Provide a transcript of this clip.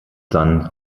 dann